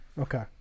Okay